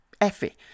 Effie